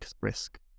risk